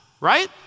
right